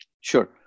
Sure